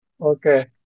okay